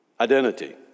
Identity